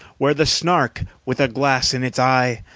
where the snark, with a glass in its eye,